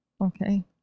Okay